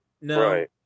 No